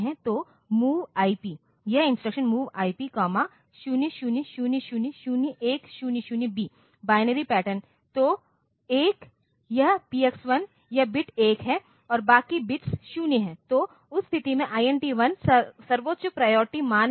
तो MOV IP यह instruction MOV IP 00000100B binary pattern तो 1 यह PX1 यह बिट 1 है और बाकी बिट्स 0 हैं तो उस स्थिति में INT 1 सर्वोच्च प्रायोरिटी मान लेगा